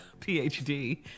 PhD